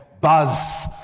Buzz